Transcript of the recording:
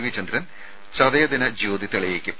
V Chandran ചതയ ദിന ജ്യോതി തെളിയിക്കും